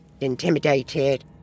intimidated